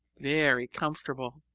very comfortable!